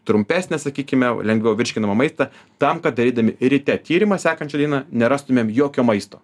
trumpesnę sakykime lengviau virškinamą maistą tam kad darydami ryte tyrimą sekančią dieną nerastumėm jokio maisto